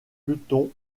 pluton